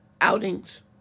outings